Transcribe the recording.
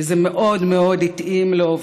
זה מאוד מאוד התאים לו,